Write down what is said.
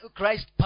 Christ